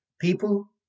people